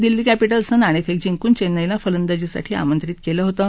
दिल्ली कॅपिटल्सनं नाणेफेक जिंकून चेन्नईला फंलदाजी साठी आमंत्रित केलं होतं